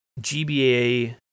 GBA